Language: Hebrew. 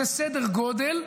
זה סדר גודל,